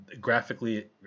Graphically